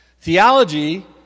theology